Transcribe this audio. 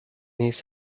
his